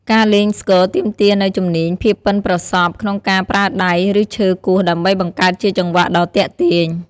ការលេងស្គរទាមទារនូវជំនាញ និងភាពប៉ិនប្រសប់ក្នុងការប្រើដៃ ឬឈើគោះដើម្បីបង្កើតជាចង្វាក់ដ៏ទាក់ទាញ។